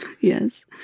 yes